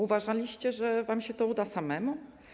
Uważaliście, że wam się to uda samym?